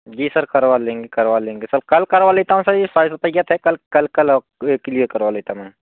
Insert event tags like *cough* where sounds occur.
जी sir करवा लेंगे करवा लेंगे सर कल करवा लेता हूँ सर *unintelligible* कल कल कल के लिए करवा लेता हूँ